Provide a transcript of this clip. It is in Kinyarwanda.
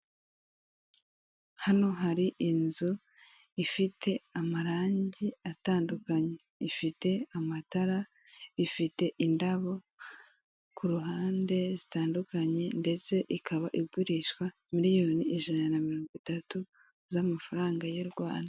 Hano hari inzu ifite amarangi atandukanye, ifite amatara, ifite indabo ku ruhande zitandukanye ndetse ikaba igurishwa miliyoni ijana na mirongo itatu z'amafaranga y'u Rwanda.